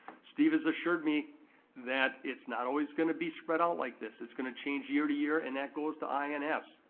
steve has assured me that it's not always gonna be spread out like this. it's gonna change year to year, and that goes to ins.